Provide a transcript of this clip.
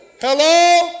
Hello